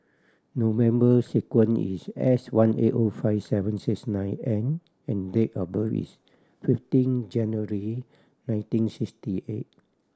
no member sequence is S one eight O five seven six nine N and date of birth is fifteen January nineteen sixty eight